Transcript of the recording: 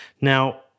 Now